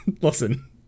Listen